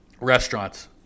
restaurants